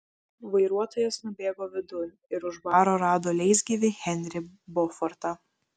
vairuotojas nubėgo vidun ir už baro rado leisgyvį henrį bofortą